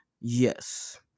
yes